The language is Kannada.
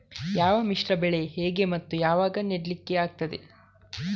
ಯಾವ ಮಿಶ್ರ ಬೆಳೆ ಹೇಗೆ ಮತ್ತೆ ಯಾವಾಗ ನೆಡ್ಲಿಕ್ಕೆ ಆಗ್ತದೆ?